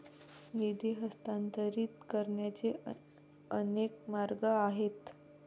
निधी हस्तांतरित करण्याचे अनेक मार्ग आहेत